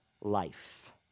life